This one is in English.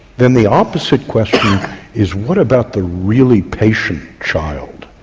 then the opposite question is what about the really patient child,